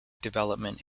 development